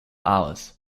hours